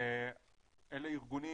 ואלה ארגונים